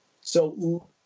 So-